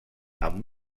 amb